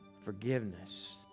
forgiveness